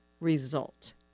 result